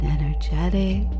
energetic